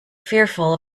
fearful